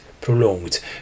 prolonged